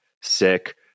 sick